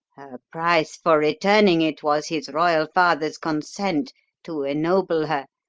price for returning it was his royal father's consent to ennoble her,